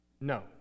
No